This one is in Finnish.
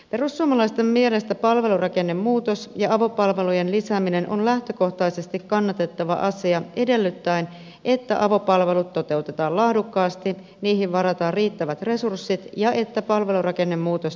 perussuomalaisten mielestä palvelurakennemuutos ja avopalvelujen lisääminen on lähtökohtaisesti kannatettava asia edellyttäen että avopalvelut toteutetaan laadukkaasti niihin varataan riittävät resurssit ja että palvelurakennemuutos tehdään hallitusti